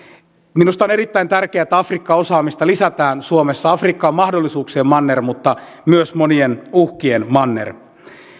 minusta on erittäin tärkeää että afrikka osaamista lisätään suomessa afrikka on mahdollisuuksien manner mutta myös monien uhkien manner